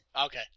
Okay